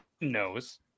knows